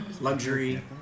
luxury